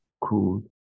cool